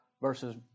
versus